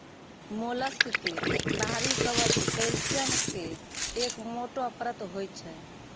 mollusc के बाहरी कवच कैल्सियम के एक मोटो परत होय छै